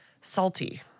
salty